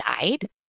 died